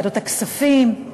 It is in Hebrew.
ועדת הכספים,